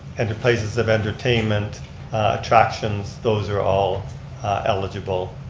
and the places of entertainment attractions, those are all eligible,